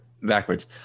backwards